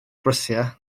brysia